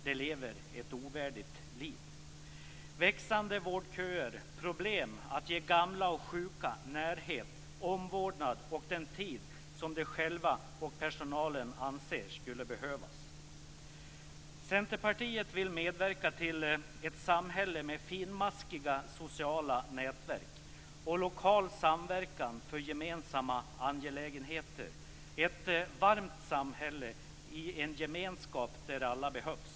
De lever ett ovärdigt liv. Det finns växande vårdköer och problem med att ge gamla och sjuka närhet, omvårdnad och den tid som de själva och personalen anser skulle behövas. Centerpartiet vill medverka till ett samhälle med finmaskiga sociala nätverk och lokal samverkan för gemensamma angelägenheter: ett varmt samhälle i en gemenskap där alla behövs.